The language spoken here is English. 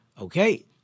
Okay